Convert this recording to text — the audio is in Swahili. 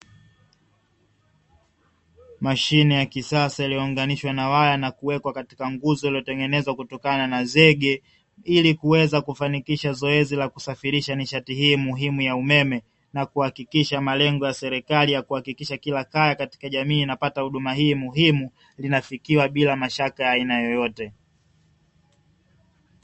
Mashine ya kisasa iliyounganishwa na waya na kuwekwa katika nguzo iliyotengenezwa kutokana na zege, ili kuweza kufanikisha zoezi la kusafirisha nishati hii muhimu ya umeme na kuhakikisha malengo ya serikali ya kuhakikisha kila kaya katika jamii inapata huduma hii muhimu linafikiwa bila mashaka ya aina yoyote.